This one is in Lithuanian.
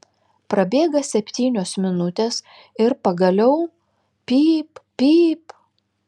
prabėga septynios minutės ir pagaliau pyp pyp